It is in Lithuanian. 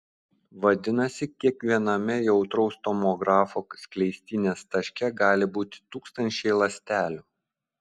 vadinasi kiekviename jautraus tomografo skleistinės taške gali būti tūkstančiai ląstelių